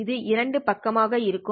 இது இரண்டு பக்கமாக இருக்கும்